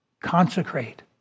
Consecrate